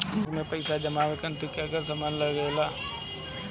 Bank में पईसा जमा करवाये खातिर का का सामान लगेला?